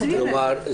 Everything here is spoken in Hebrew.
כלומר,